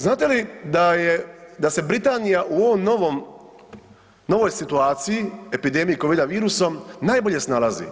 Znate li da je, da se Britanija u ovom novom, novoj situaciji epidemije Covida virusom najbolje snalazi.